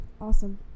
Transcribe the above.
Awesome